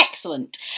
Excellent